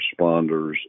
responders